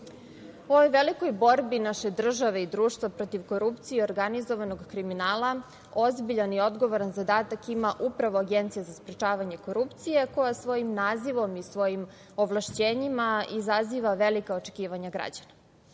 U ovoj velikoj borbi naše države i društva protiv korupcije i organizovanog kriminala ozbiljan i odgovorni zadatak ima upravo Agencija za sprečavanje korupcije, koja svojim nazivom i svojim ovlašćenjima izaziva velika očekivanja građana. Ovo